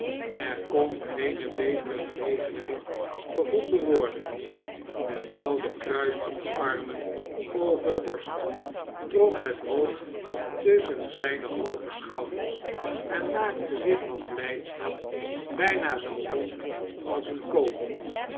er kon geene betere gelegenheid gevonden worden de oude kruiste de armen over de borst trok het hoofd tusschen zijne hooge schouders en maakte zich van blijdschap bijna zoo rond als een kogel